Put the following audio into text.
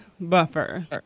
Buffer